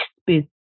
space